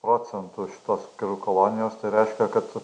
procentų šitos kolonijos tai reiškia kad